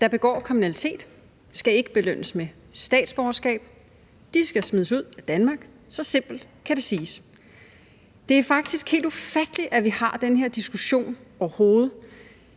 der begår kriminalitet, skal ikke belønnes med statsborgerskab, de skal smides ud af Danmark. Så simpelt kan det siges. Det er faktisk helt ufatteligt, at vi overhovedet